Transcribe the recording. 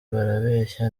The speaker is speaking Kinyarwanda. barabeshya